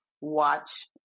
watch